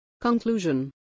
Conclusion